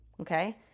Okay